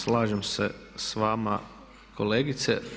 Slažem se s vama kolegice.